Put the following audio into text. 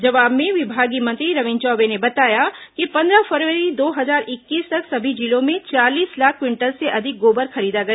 जवाब में विभागीय मंत्री रविंद्र चौबे ने बताया कि पंद्रह फरवरी दो हजार इक्कीस तक सभी जिलों में चालीस लाख क्विंटल से अधिक गोबर खरीदा गया